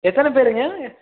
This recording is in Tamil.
எத்தனை பேருங்க